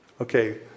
Okay